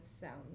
sound